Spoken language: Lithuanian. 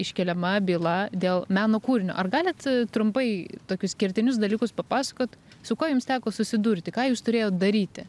iškeliama byla dėl meno kūrinio ar galit trumpai tokius kertinius dalykus papasakot su kuo jums teko susidurti ką jūs turėjot daryti